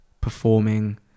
performing